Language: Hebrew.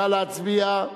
נא להצביע.